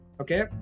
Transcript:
okay